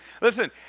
Listen